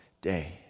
day